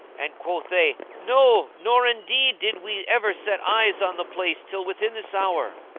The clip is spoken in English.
and quoth they, no nor indeed did we ever set eyes on the place till within this hour.